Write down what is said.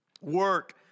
work